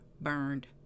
burned